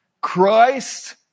Christ